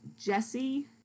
Jesse